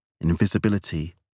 Invisibility